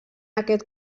aquest